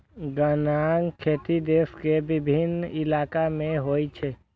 गन्नाक खेती देश के विभिन्न इलाका मे होइ छै